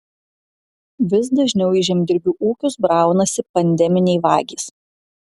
vis dažniau į žemdirbių ūkius braunasi pandeminiai vagys